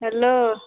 hello